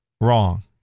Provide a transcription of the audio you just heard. Wrong